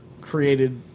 created